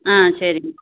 ஆ சரிங்க